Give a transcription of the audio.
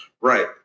Right